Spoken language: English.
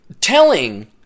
telling